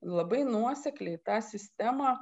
labai nuosekliai tą sistemą